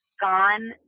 gone